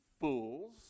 fools